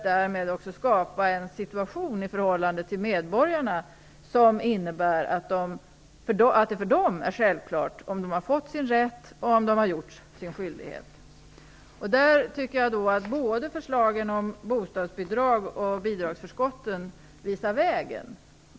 Därmed skapar man en situation i förhållande till medborgarna som innebär att det för dem blir självklart att få sin rätt om de har fullgjort sin skyldighet. Här visar de två förslagen om bostadsbidrag och om bidragsförskott vägen.